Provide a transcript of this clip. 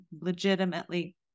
legitimately